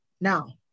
now